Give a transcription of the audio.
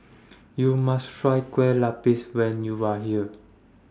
YOU must Try Kueh Lapis when YOU Are here